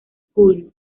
school